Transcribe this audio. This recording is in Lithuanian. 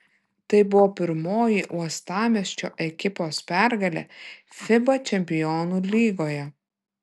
tai buvo pirmoji uostamiesčio ekipos pergalė fiba čempionų lygoje